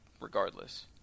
regardless